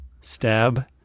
Stab